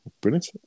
brilliant